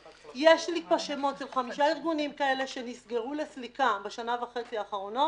יש לי פה שמות של חמישה ארגונים כאלה שנסגרו לסליקה בשנה וחצי האחרונות